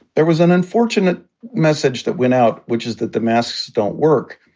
there was an unfortunate message that went out, which is that the masks don't work.